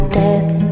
death